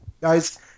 guys